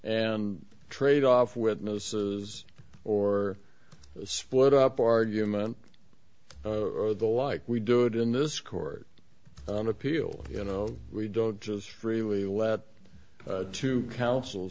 and trade off witnesses or split up argument or the like we do it in this court on appeal you know we don't just three we let two counsel